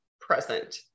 present